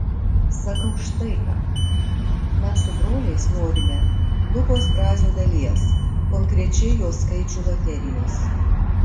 sakau štai ką mes su broliais norime lukos brazio dalies konkrečiai jo skaičių loterijos